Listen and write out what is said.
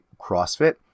CrossFit